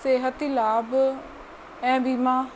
सिहती लाभु ऐं वीमा